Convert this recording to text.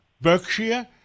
Berkshire